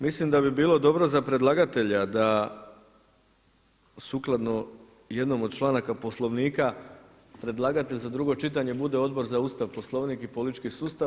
Mislim da bi bilo dobro za predlagatelja da sukladno jednom od članaka Poslovnika predlagatelj za drugo čitanje bude Odbor za Ustav, Poslovnik i politički sustav.